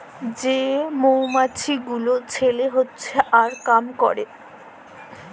যে মমাছি গুলা ছেলা হচ্যে আর কাম ক্যরে